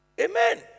Amen